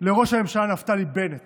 לראש הממשלה נפתלי בנט